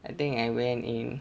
I think I went in